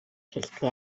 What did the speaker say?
хэлдэг